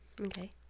Okay